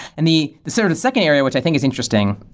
and the the sort of second area, which i think is interesting,